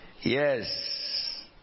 Yes